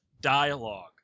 dialogue